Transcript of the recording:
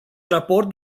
raport